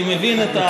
אני מבין את ההתרגשות.